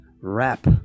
Rap